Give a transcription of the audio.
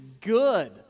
good